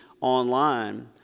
online